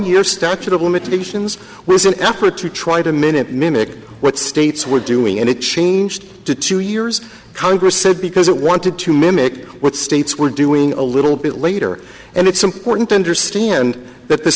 year statute of limitations was an effort to try to minute mimicked what states were doing and it changed to two years congress said because it wanted to mimic what states were doing a little bit later and it's important to understand that the